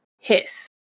Hiss